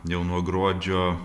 jau nuo gruodžio